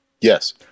Yes